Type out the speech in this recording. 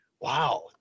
Wow